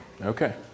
Okay